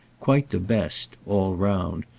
quite the best, all round,